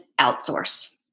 outsource